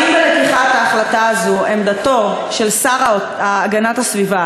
האם בקבלת ההחלטה הזאת עמדתו של השר להגנת הסביבה